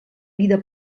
vida